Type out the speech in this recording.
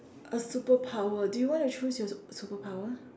a superpower do you want to choose your superpower